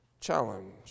challenge